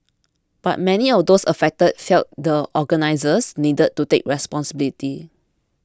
but many of those affected felt the organisers needed to take responsibility